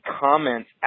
comments